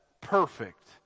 perfect